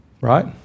right